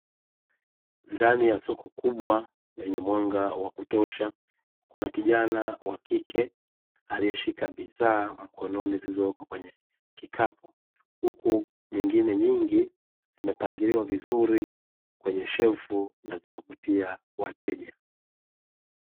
Ndani ya soko kubwa lenye mwanga wa kutosha kuna kijana wakike aliyeshika bidhaa mkononi zilizoko kwenye kikapu, huku nyingine nyingi Imepangiliwa vizuri kwenye shelfu na zinavutia wateja.